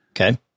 Okay